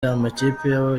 amakipe